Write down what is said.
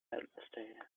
wednesday